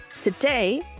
Today